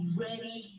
ready